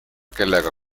kellega